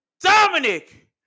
Dominic